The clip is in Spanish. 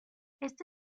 esta